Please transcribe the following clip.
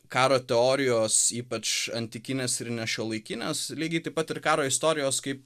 karo teorijos ypač antikinės ir ne šiuolaikinės lygiai taip pat ir karo istorijos kaip